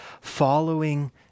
following